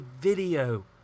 video